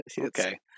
Okay